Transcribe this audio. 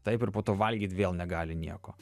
taip ir po to valgyt vėl negali nieko